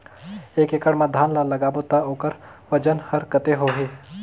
एक एकड़ मा धान ला लगाबो ता ओकर वजन हर कते होही?